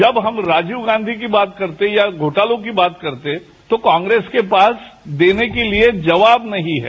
जब हम राजीव गांधी की बात करते है या घोटालों की बात करते है तो कांग्रेस के पास देने के लिए जवाब नहीं है